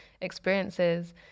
experiences